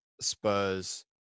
Spurs